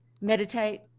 meditate